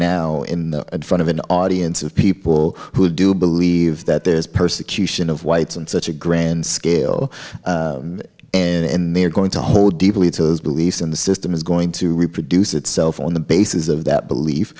now in front of an audience of people who do believe that there's persecution of whites in such a grand scale and they are going to hold deeply to those beliefs and the system is going to reproduce itself on the basis of that belief